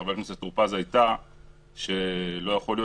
חבר הכנסת טור-פז הייתה שלא יכול להיות